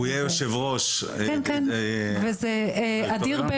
בעיניי, זה אדיר.